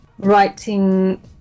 Writing